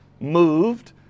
moved